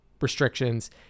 restrictions